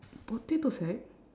potato sack